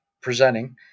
presenting